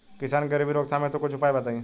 किसान के गरीबी रोकथाम हेतु कुछ उपाय बताई?